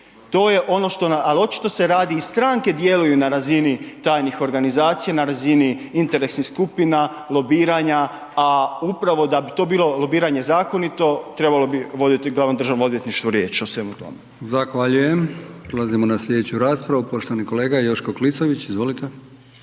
To je ono što ali očito se radi i stranke djeluju na razini tajnih organizacija, na razini interesnih skupina, lobiranja a upravo da bi to bilo lobiranje zakonito, trebalo bi voditi glavno Državno odvjetništvo riječ o svemu tome. **Brkić, Milijan (HDZ)** Zahvaljujem. Prelazimo na slijedeću raspravu, poštovani kolega Joško Klisović, izvolite.